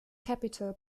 capitol